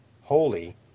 holy